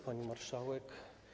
Pani Marszałek!